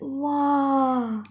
!whoa!